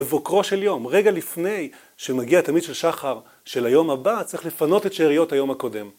בבוקרו של יום, רגע לפני שמגיע תמיד של שחר של היום הבא, צריך לפנות את שאריות היום הקודם.